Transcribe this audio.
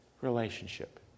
relationship